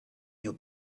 your